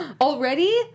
Already